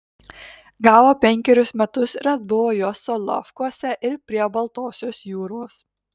gavo penkerius metus ir atbuvo juos solovkuose ir prie baltosios jūros